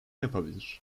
yapabilir